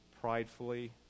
pridefully